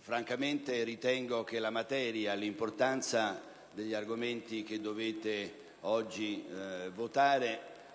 Francamente, ritengo che la materia, per l'importanza degli argomenti che oggi debbono